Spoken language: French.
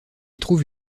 trouve